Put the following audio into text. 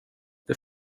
det